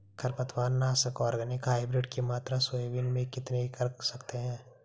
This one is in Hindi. खरपतवार नाशक ऑर्गेनिक हाइब्रिड की मात्रा सोयाबीन में कितनी कर सकते हैं?